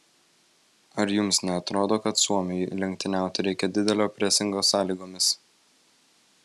ar jums neatrodo kad suomiui lenktyniauti reikia didelio presingo sąlygomis